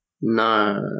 No